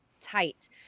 tight